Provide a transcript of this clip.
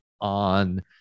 on